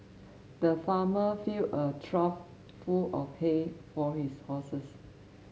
the farmer filled a trough full of hay for his horses